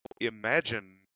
imagine